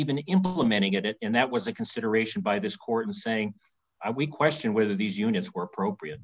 even implementing it and that was a consideration by this court and saying we question whether these units were appropriate